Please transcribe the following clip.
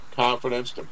confidence